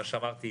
מה שאמרתי,